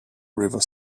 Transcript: river